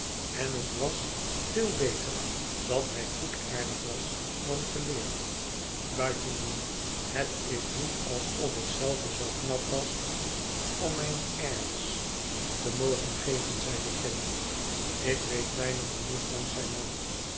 en het was veel beter dat hij goedaardig was dan geleerd buitendien het is niet alsof ik zelve zoo knap was om mij airs te mogen geven zeide caddy ik weet weinig genoeg dank zij ma